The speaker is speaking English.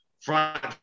front